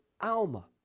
alma